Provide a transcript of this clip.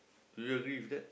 do you agree with that